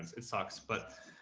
it sucks, but,